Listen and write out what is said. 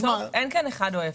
אין כאן אחד או אפס.